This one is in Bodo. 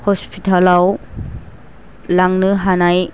हस्पिटालाव लांनो हानाय